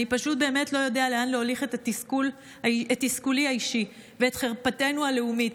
אני פשוט באמת לא יודע לאן להוליך את תסכולי האישי ואת חרפתנו הלאומית.